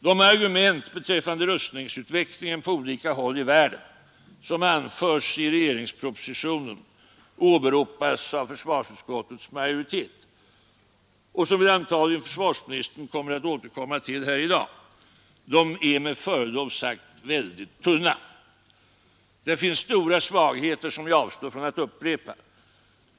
De argument beträffande rustningsutvecklingen på olika håll i världen som anförs i regeringspropositionen, åberopas av försvarsutskottets majoritet och som jag antar att försvarsministern kommer att återkomma till här i dag är med förlov sagt mycket tunna. Där finns stora svagheter som jag avstår från att upprepa.